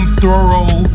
thorough